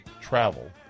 travel